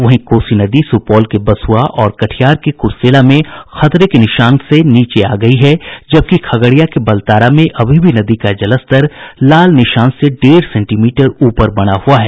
वहीं कोसी नदी सुपौल के बसुआ और कटिहार के कुर्सेला में खतरे के निशान के नीचे आ गयी है जबकि खगड़िया के बलतारा में अभी भी नदी का जलस्तर लाल निशान से डेढ़ सेंटीमीटर ऊपर बना हुआ है